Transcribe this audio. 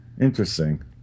Interesting